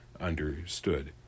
understood